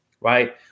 right